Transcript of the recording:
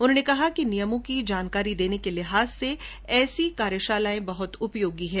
उन्होने कहा कि नियमों की जानकारी देने के लिहाज से ऐसी कार्यशालायें उपयोगी हैं